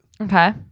okay